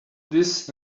this